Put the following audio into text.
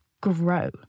grow